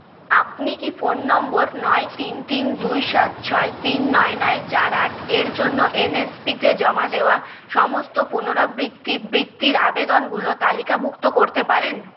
আপনি কি phone number নয় তিন তিন দুই সাত ছয় তিন নয় নয় চার আট এর জন্য এনএসপি তে জমা দেওয়া সমস্ত পুনরাবৃত্তি বৃত্তির আবেদনগুলো তালিকাভুক্ত করতে পারেন